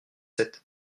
sept